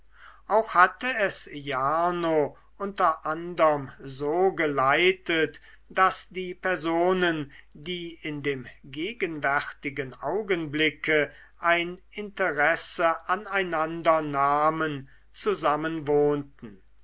auch hatte es jarno unter anderm so geleitet daß die personen die in dem gegenwärtigen augenblick ein interesse aneinander nahmen zusammen wohnten